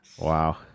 Wow